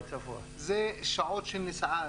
זה שעות של נסיעה,